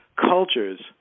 cultures